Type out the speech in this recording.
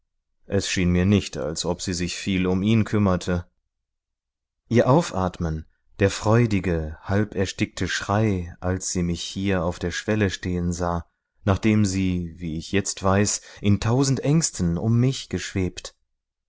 es schien mir nicht als ob sie sich viel um ihn kümmerte ihr aufatmen der freudige halb erstickte schrei als sie mich hier auf der schwelle stehen sah nachdem sie wie ich jetzt weiß in tausend ängsten um mich geschwebt